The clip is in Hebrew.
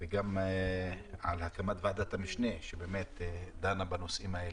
וגם על הקמת ועדת המשנה שדנה בנושאים האלה.